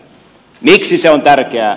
miksi se on tärkeää